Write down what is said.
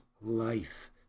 life